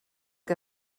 que